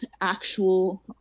actual